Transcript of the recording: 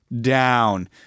down